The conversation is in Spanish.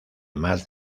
más